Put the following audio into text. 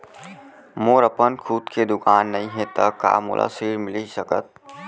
मोर अपन खुद के दुकान नई हे त का मोला ऋण मिलिस सकत?